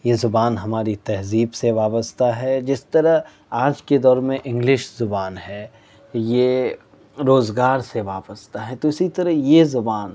یہ زبان ہماری تہذیب سے وابستہ ہے جس طرح آج کے دور میں انگلش زبان ہے یہ روزگار سے وابستہ ہے تو اسی طرح یہ زبان